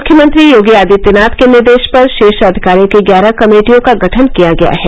मुख्यमंत्री योगी आदित्यनाथ के निर्देश पर शीर्ष अधिकारियों की ग्यारह कमेटियों का गठन किया गया है